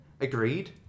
Agreed